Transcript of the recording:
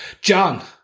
John